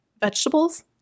vegetables